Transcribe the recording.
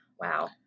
wow